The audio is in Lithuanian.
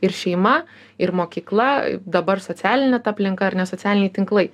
ir šeima ir mokykla dabar socialinė ta aplinka ar ne socialiniai tinklai